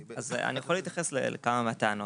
אז אני יכול להתייחס לכמה מהטענות.